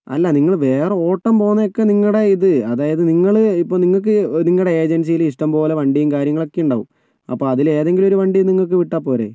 അല്ല നിങ്ങള് വേറെ ഓട്ടം പോകുന്നത് ഒക്കെ നിങ്ങളുടെ ഇത് അതായത് നിങ്ങള് ഇപ്പോൾ നിങ്ങൾക്ക് നിങ്ങളുടെ ഏജൻസീയില് ഇഷ്ട്ടം പോലെ വണ്ടിയും കാര്യങ്ങളൊക്കെ ഉണ്ടാവും അപ്പോൾ അതിലേതെങ്കിലും ഒരു വണ്ടി നിങ്ങൾക്ക് വിട്ടാൽ പോരെ